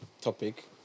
topic